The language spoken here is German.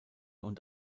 und